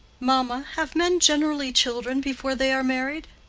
mamma, have men generally children before they are married?